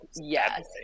yes